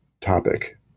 topic